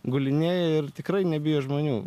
gulinėja ir tikrai nebijo žmonių